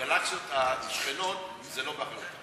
הגלקסיות השכנות זה לא אתה